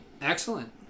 Excellent